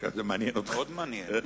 מאוד מעניין.